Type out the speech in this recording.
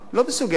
לא מסוגלת,